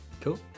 cool